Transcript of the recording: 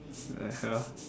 what the hell